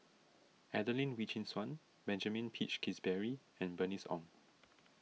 Adelene Wee Chin Suan Benjamin Peach Keasberry and Bernice Ong